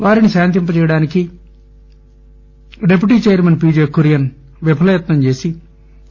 వారిని శాంతింప చేయడానికి డిప్యూటీ చైర్కెన్ కురియన్ విఫలయత్నం చేశారు